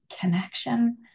connection